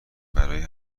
برای